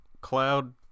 Cloud